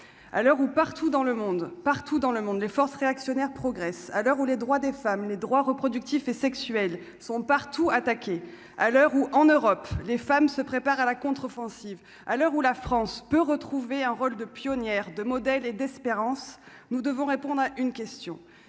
le monde, partout dans le monde, les forces réactionnaires progressent à l'heure où les droits des femmes, les droits reproductifs et sexuels sont partout attaqué à l'heure où en Europe, les femmes se préparent à la contre-offensive, à l'heure où la France peut retrouver un rôle de pionnière de modèles et d'espérance, nous devons répondre à une question